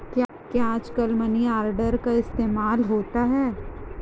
क्या आजकल money order का इस्तेमाल होता है?